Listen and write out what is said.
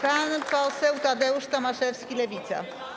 Pan poseł Tadeusz Tomaszewski, Lewica.